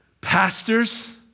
Pastors